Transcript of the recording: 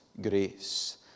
grace